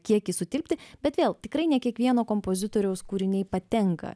kiekį sutilpti bet vėl tikrai ne kiekvieno kompozitoriaus kūriniai patenka